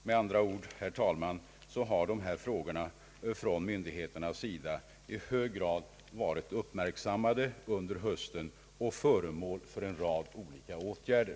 Med andra ord, herr talman, har dessa frågor från myndigheternas sida varit i hög grad uppmärksammade under hösten och föremål för en rad olika åtgärder.